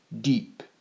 deep